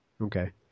Okay